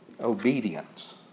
Obedience